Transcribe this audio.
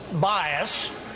bias